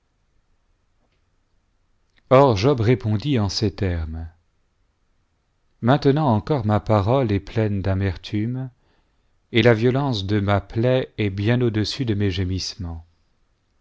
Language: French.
or job répondit en ces termes maintenant encore ma parole est pleine d'amertume et la violence de ma plaie est bien au-dessus de mes